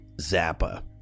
Zappa